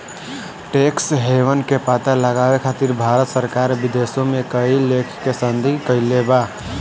tax haven के पता लगावे खातिर भारत सरकार विदेशों में कई लेखा के संधि कईले बा